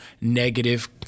negative